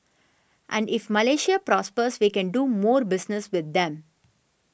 and if Malaysia prospers we can do more business with them